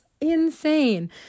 insane